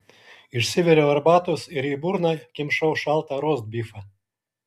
išsiviriau arbatos ir į burną kimšau šaltą rostbifą